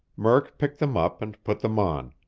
murk picked them up and put them on,